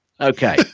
Okay